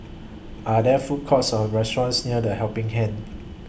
Are There Food Courts Or restaurants near The Helping Hand